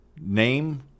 Name